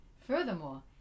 Furthermore